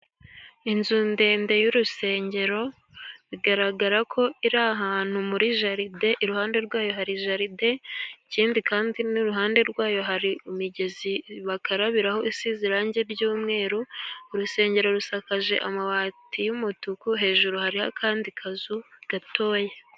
Inzu ndende y'urusengero, bigaragara ko iri ahantu muri jaride, iruhande rwayo hari jaride, ikindi kandi n'uruhande rwayo hari imigezi bakarabiraho isize irangi ry'umweru, urusengero rusakaje amabati y'umutuku, hejuru hariho akandi kazu gatoya.